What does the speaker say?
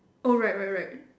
right right right